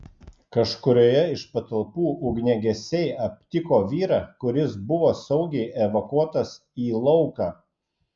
kažkurioje iš patalpų ugniagesiai aptiko vyrą kuris buvo saugiai evakuotas į lauką